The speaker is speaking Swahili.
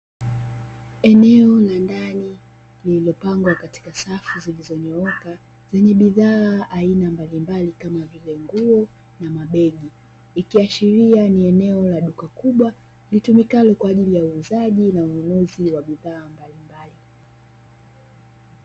Eneo la ndani lililopangwa katika safu zilizonyooka, zenye bidhaa aina mbalimbali kama vile nguo, na mabegi, ikiashiria ni eneo la duka kubwa, linalotumika kwa ajili ya uuzaji na ununuzi wa bidhaa mbalimbali.